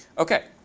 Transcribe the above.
ok.